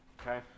Okay